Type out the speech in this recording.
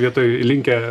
vietoj linkę